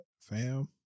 fam